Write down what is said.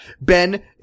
Ben